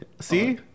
see